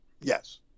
Yes